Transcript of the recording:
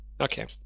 Okay